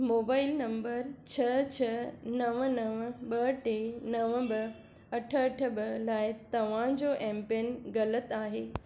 mobile number छह छह नव नव ॿ टे नव ॿ अठ अठ ॿ लाइ तव्हां जो एमपिन ग़लति आहे